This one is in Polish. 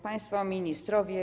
Państwo Ministrowie!